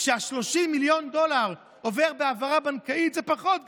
כשה-30 מיליון דולר עוברים בהעברה בנקאית זה פחות גרוע.